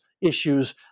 issues